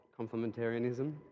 complementarianism